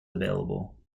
available